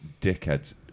dickheads